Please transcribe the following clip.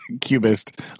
cubist